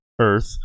Earth